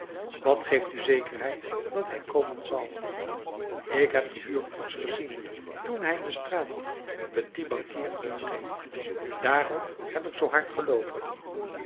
wat geeft u zekerheid dat hij komen zal ik heb de huurkoets gezien toen zij de straat petit banquier inreed daarom heb ik zoo hard geloopen